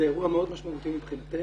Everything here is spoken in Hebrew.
זה אירוע מאוד משמעותי מבחינתנו.